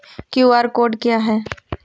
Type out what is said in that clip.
QR code क्या है?